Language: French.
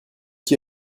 qui